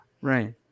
Right